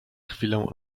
chwilę